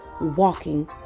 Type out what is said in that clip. walking